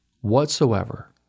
whatsoever